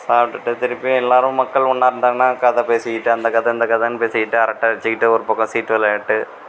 சாப்பிட்டுட்டு திருப்பி எல்லாேரும் மக்கள் ஒன்றா இருந்தாங்கனால் கதை பேசிகிட்டு அந்த கதை இந்த கதைனு பேசிகிட்டு அரட்டை அடிச்சிக்கிட்டு ஒரு பக்கம் சீட்டு விளாண்டுட்டு